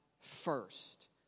first